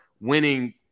winning